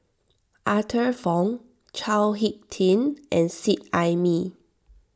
Arthur Fong Chao Hick Tin and Seet Ai Mee